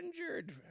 injured